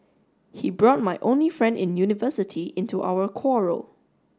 he brought my only friend in university into our quarrel